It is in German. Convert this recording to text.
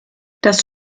das